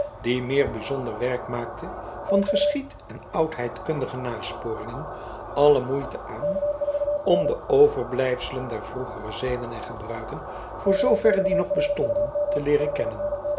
die meer bijzonder werk maakte van geschied en oudheidkundige nasporingen alle moeite aan om de overblijfselen der vroegere zeden en gebruiken voor zooverre die nog bestonden te leeren kennen